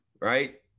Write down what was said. right